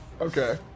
Okay